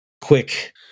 quick